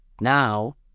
now